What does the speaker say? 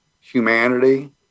humanity